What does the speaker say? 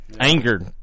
angered